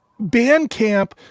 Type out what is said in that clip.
Bandcamp